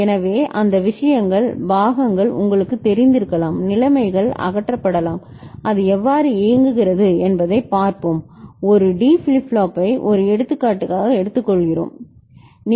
எனவே அந்த விஷயங்கள் பாகங்கள் உங்களுக்குத் தெரிந்திருக்கலாம் நிலைமைகள் அகற்றப்படலாம் அது எவ்வாறு இயங்குகிறது என்பதைப் பார்ப்போம் ஒரு D ஃபிளிப் ஃப்ளாப்பை ஒரு எடுத்துக்காட்டுக்கு எடுத்துக்கொள்கிறோம் சரி